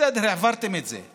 בסדר, העברתם את זה.